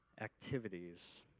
activities